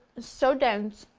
so dense.